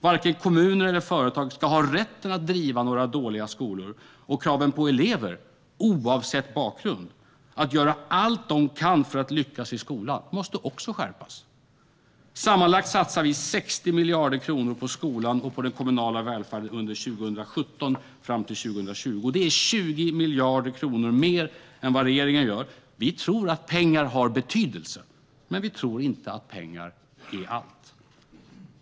Varken kommuner eller företag ska ha rätten att driva dåliga skolor. Och kraven på elever, oavsett bakgrund, att göra allt de kan för att lyckas i skolan måste också skärpas. Sammanlagt satsar vi 60 miljarder kronor på skolan och på den kommunala välfärden från 2017 till 2020. Det är 20 miljarder kronor mer än regeringen. Vi tror att pengar har betydelse, men vi tror inte att pengar är allt.